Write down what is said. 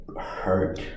hurt